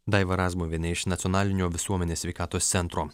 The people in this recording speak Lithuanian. daiva razmuvienė nacionalinio visuomenės sveikatos centro